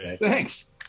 Thanks